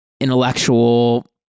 intellectual